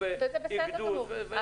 וזה בסדר גמור.